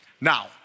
now